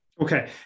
Okay